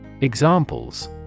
Examples